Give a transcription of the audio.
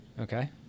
okay